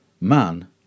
Man